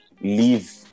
leave